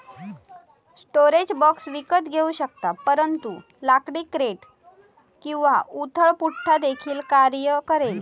storage box विकत घेऊ शकतात परंतु लाकडी क्रेट किंवा उथळ पुठ्ठा देखील कार्य करेल